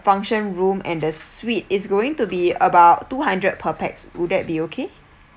function room and the suite is going to be about two hundred per pax would that be okay